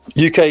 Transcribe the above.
UK